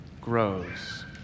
grows